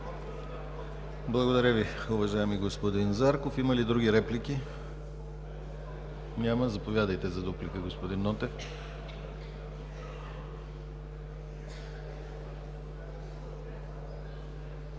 Благодаря Ви, уважаеми господин Зарков. Има ли други реплики? Няма. Заповядайте за дуплика, господин Нотев.